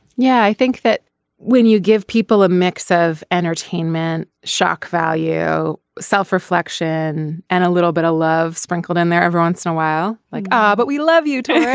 yeah. i think that when you give people a mix of entertainment shock value self reflection and a little bit of love sprinkled in there every once in a while like ah but we love you too